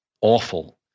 awful